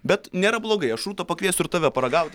bet nėra blogai aš rūta pakviesiu ir tave paragauti